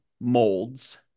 molds